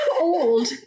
old